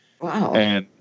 Wow